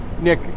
Nick